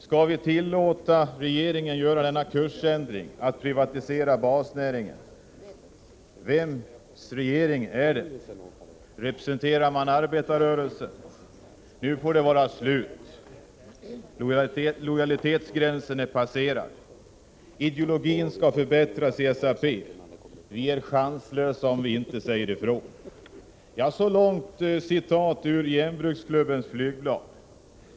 Ska vi tillåta regeringen göra denna kursändring — att privatisera basnäringen? Vems regering är det? Representerar man arbetarrörelsen? NU FÅR DET VARA SLUT! Lojalitetsgränsen är passerad. Ideologin skall förbättras i SAP! Vi är chanslösa om vi inte säger ifrån.” Så långt citatet ur Järnbruksklubbens flygblad.